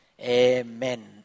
Amen